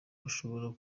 bashobora